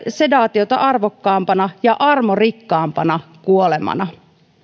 sedaatiota arvokkaampana ja armorikkaampana kuolemana